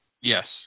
Yes